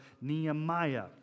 Nehemiah